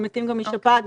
ומתים גם משפעת,